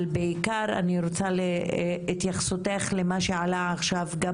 אבל בעיקר אני רוצה לבקש את התייחסותך למה שעלה עכשיו גם